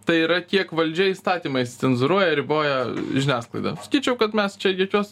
tai yra kiek valdžia įstatymais cenzūruoja riboja žiniasklaidą skaičiau kad mes čia jokios